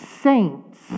saints